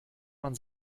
man